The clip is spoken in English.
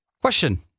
Question